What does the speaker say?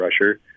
rusher